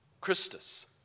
Christus